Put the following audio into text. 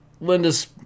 Linda's